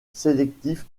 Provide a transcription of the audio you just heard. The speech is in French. sélectif